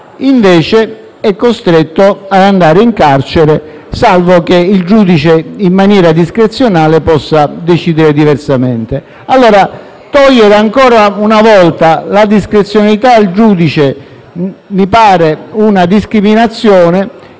li ha, è costretto ad andare in carcere, salvo che il giudice, in maniera discrezionale, possa decidere diversamente. Ebbene, togliere ancora una volta la discrezionalità al giudice mi pare comporti una discriminazione,